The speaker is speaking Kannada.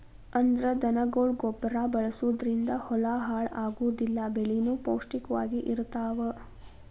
ಅಂದ್ರ ದನಗೊಳ ಗೊಬ್ಬರಾ ಬಳಸುದರಿಂದ ಹೊಲಾ ಹಾಳ ಆಗುದಿಲ್ಲಾ ಬೆಳಿನು ಪೌಷ್ಟಿಕ ವಾಗಿ ಇರತಾವ